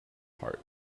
heart